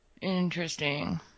interesting